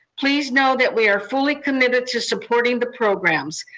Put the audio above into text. please know that we are fully committed to supporting the programs.